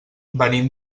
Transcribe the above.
venim